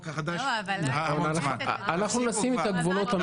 החדש --- אנחנו נשים את הגבולות המתאימים.